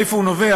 מאיפה הוא נובע,